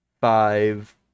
five